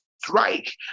Strike